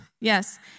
Yes